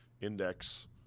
index